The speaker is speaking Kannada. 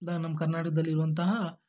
ನಮ್ಮ ಕರ್ನಾಟಕದಲ್ಲಿರುವಂತಹ